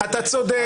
אתה צודק.